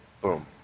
boom